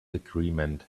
agreement